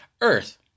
Earth